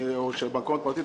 או בנקאות פרטית,